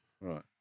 Right